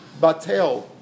batel